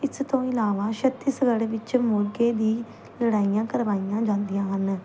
ਇਸ ਤੋਂ ਇਲਾਵਾ ਛੱਤੀਸਗੜ੍ਹ ਵਿੱਚ ਮੁਰਗੇ ਦੀ ਲੜਾਈਆਂ ਕਰਵਾਈਆਂ ਜਾਂਦੀ ਹਨ